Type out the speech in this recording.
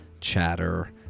chatter